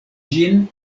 ĝin